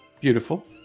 Beautiful